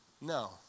No